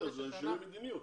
זה שינוי מדיניות.